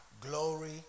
glory